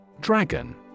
Dragon